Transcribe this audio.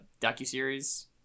docuseries